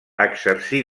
exercí